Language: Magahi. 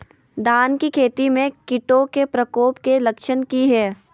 धान की खेती में कीटों के प्रकोप के लक्षण कि हैय?